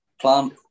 plan